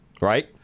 Right